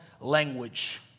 language